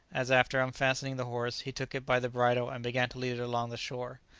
as after unfastening the horse, he took it by the bridle and began to lead it along the shore.